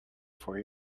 for